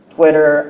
Twitter